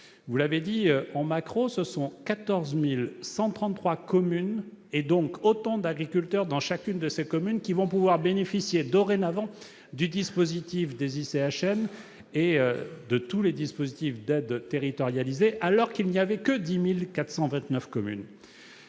vous l'avez souligné, en macro, ce sont 14 133 communes, et donc autant d'agriculteurs dans chacune de ces communes, qui vont pouvoir bénéficier dorénavant du dispositif des ICHN et de tous les dispositifs d'aides territorialisées, alors qu'il n'y avait que 10 429 communes.